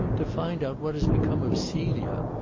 to find out what has become of celia.